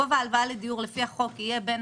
גובה ההלוואה לדיור לפי החוק יהיה בין